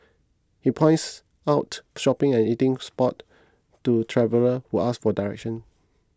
he points out shopping and eating spot to traveller who ask for directions